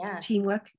teamwork